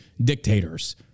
dictators